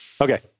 Okay